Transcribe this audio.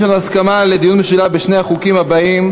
יש לנו הסכמה על דיון משולב בשני החוקים האלה: